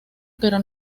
pero